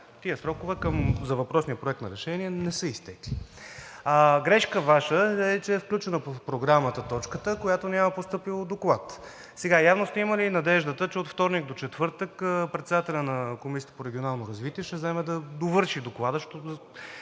Тези срокове за въпросния Проект на решение не са изтекли. Грешка Ваша е, че е включена в Програмата точката, по която няма постъпил доклад. Явно сте имали надеждата, че от вторник до четвъртък председателят на Комисията по регионално развитие ще вземе да довърши доклада,